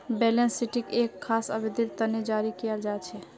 balance शीटक एक खास अवधिर तने जारी कियाल जा छे